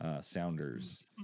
Sounders